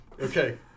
Okay